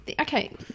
Okay